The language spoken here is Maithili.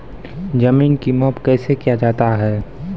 जमीन की माप कैसे किया जाता हैं?